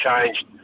changed